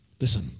Listen